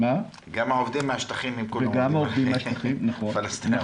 ערבים, פלסטינאים.